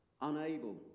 unable